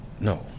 No